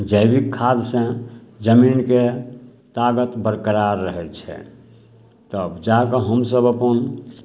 जैविक खादसे जमीनके ताकत बरकरार रहै छै तब जाकऽ हमसभ अपन